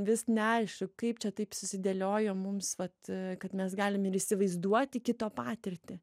vis neaišu kaip čia taip susidėliojo mums vat kad mes galim ir įsivaizduoti kito patirtį